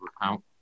account